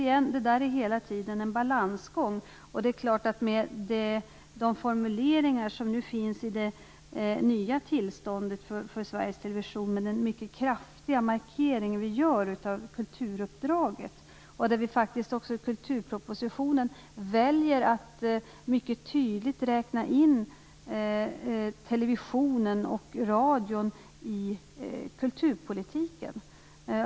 Det är hela tiden en balansgång. Formuleringarna i det nya sändningstillståndet för Sveriges Television innehåller en mycket kraftig markering av kulturuppdraget. I kulturpropositionen har vi också valt att tydligt räkna in television och radio i kulturpolitiken.